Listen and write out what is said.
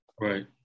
Right